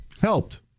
Helped